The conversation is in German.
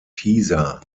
pisa